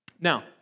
Now